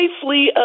safely